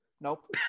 nope